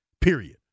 period